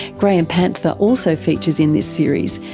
graham panther also features in this series.